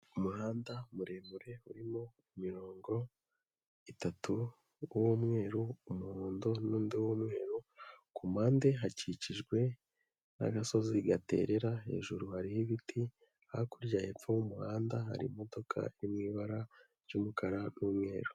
Umuhanda muremure urimo imirongo itatu uw'umweru, umuhondo n'undi w'umweru, ku mpande hakikijwe n'agasozi gaterera, hejuru hariho ibiti, hakurya hepfo y'umuhanda, hari imodoka iri mu ibara ry'umukara n'umweru.